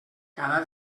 cada